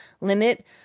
limit